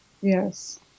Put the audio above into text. Yes